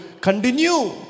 continue